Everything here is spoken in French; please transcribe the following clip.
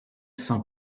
sans